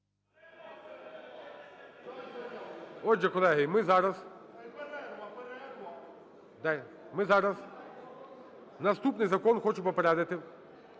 Отже, колеги, ми зараз… Наступний закон, хочу попередити,